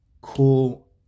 cool